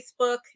Facebook